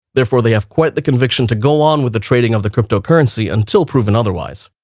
therefore, they have quite the conviction to go on with the trading of the cryptocurrency until proven otherwise.